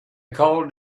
called